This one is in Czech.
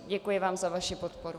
Děkuji vám za vaši podporu.